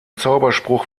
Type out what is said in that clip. zauberspruch